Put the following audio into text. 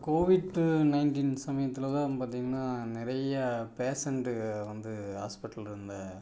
covid nineteen சமயத்தில் தான் பார்த்திங்கன்னா நிறையா பேசண்ட்டுங்க வந்து ஹாஸ்பிட்டல்ல இருந்த